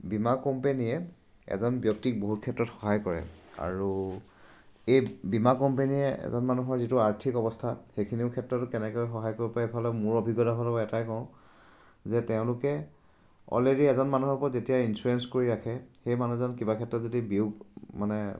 বীমা কোম্পেনীয়ে এজন ব্যক্তিক বহুত ক্ষেত্ৰত সহায় কৰে আৰু এই বীমা কোম্পেনীয়ে এজন মানুহৰ যিটো আৰ্থিক অৱস্থা সেইখিনিও ক্ষেত্ৰতো কেনেকৈ সহায় কৰিব পাৰে এইফালে মোৰ অভিজ্ঞতা ফালৰপৰা এটাই কওঁ যে তেওঁলোকে অলৰেডি এজন মানুহৰ ওপৰত যেতিয়া ইঞ্চুৰেঞ্চ কৰি ৰাখে সেই মানুহজন কিবা ক্ষেত্ৰত যদি বিয়োগ মানে